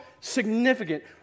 significant